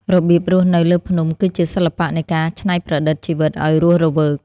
របៀបរស់នៅលើភ្នំគឺជាសិល្បៈនៃការច្នៃប្រឌិតជីវិតឱ្យរស់រវើក។